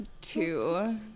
Two